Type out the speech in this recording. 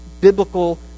biblical